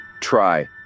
Try